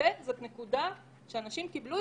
למרחק מהחולה ולזמן החשיפה אליו,